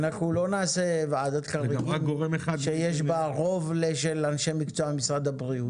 אנחנו לא נעשה ועדה שיש בה רוב של אנשי מקצוע ממשרד הבריאות.